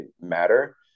matter